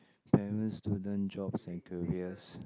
parents student jobs and careers